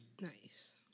Nice